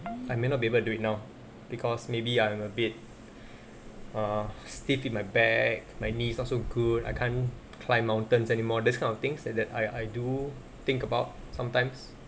I may not be able do it now because maybe I am a bit err stiff in my back my knees not so good I can't climb mountains anymore these kind of things like that I I do think about sometimes